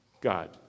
God